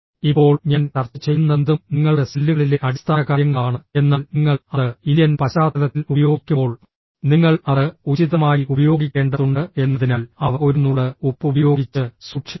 ഇപ്പോൾ ഞാൻ ചർച്ച ചെയ്യുന്നതെന്തും നിങ്ങളുടെ സെല്ലുകളിലെ അടിസ്ഥാനകാര്യങ്ങളാണ് എന്നാൽ നിങ്ങൾ അത് ഇന്ത്യൻ പശ്ചാത്തലത്തിൽ ഉപയോഗിക്കുമ്പോൾ നിങ്ങൾ അത് ഉചിതമായി ഉപയോഗിക്കേണ്ടതുണ്ട് എന്നതിനാൽ അവ ഒരു നുള്ള് ഉപ്പ് ഉപയോഗിച്ച് സൂക്ഷിക്കുക